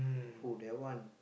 oh that one